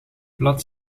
blad